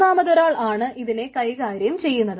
മൂന്നമതൊരാൾ ആണ് ഇതിനെ കൈകാര്യം ചെയ്യുന്നത്